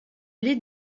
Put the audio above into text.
les